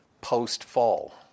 post-fall